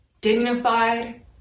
dignified